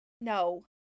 No